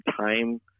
time